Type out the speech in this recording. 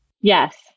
Yes